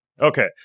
Okay